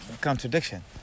contradiction